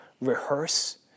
rehearse